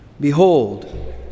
behold